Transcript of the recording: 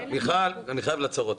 מיכל, אני חייב לעצור אותך.